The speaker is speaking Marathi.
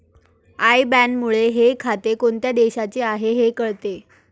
आय बॅनमुळे हे खाते कोणत्या देशाचे आहे हे कळते